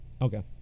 Okay